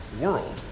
world